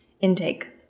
intake